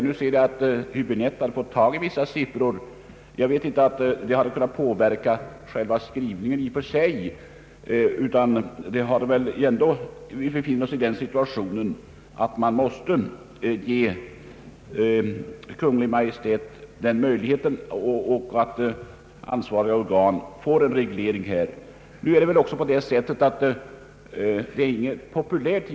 Nu har vi genom herr Häbinette fått del av vissa sifferuppgifter, men jag vet inte om dessa skulle ha påverkat utskottets skrivning. Vi befinner oss ändå i den situationen att Kungl. Maj:t måste ges möjligheten att uppdra åt ansvariga organ att företa en reglering. En reglering av detta slag är givetvis inte populär.